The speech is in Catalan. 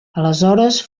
aleshores